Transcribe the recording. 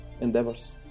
endeavors